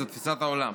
זו תפיסת העולם.